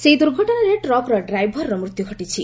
ସେହି ଦୂର୍ଘଟଣାରେ ଟ୍ରକ୍ର ଡ୍ରାଇଭରର ମୃତ୍ୟୁ ଘଟିଛି